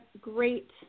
great